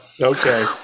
Okay